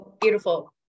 Beautiful